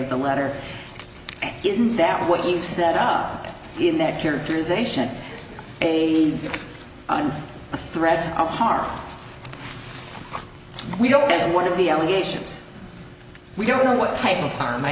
of the letter isn't that what you've said up in that characterization a threats of harm we don't get one of the allegations we don't know what type of car